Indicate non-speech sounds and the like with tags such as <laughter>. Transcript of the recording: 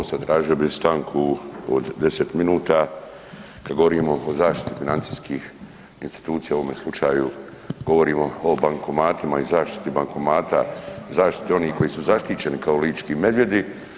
Hvala lijepo. … <unintelligible> stanku od 10 minuta kada govorimo o zaštiti financijskih institucija u ovome slučaju govorimo o bankomatima i zaštiti bankomata, zaštite onih koji su zaštićeni kao lički medvjedi.